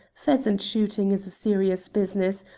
pheasant-shooting is a serious business,